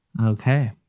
Okay